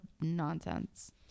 nonsense